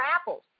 apples